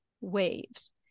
waves